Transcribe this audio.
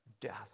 death